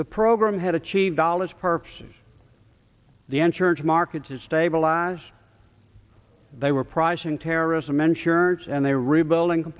the program had achieved dollars purposes the ensurance market to stabilize they were pricing terrorism insurance and they were rebuilding